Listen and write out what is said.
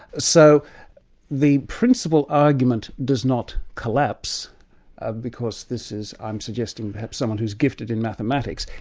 so the principal argument does not collapse ah because this is, i'm suggesting, perhaps someone who's gifted in mathematics.